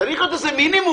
שצריך להיות איזה מינימום.